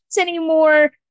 anymore